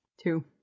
Two